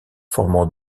formant